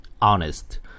honest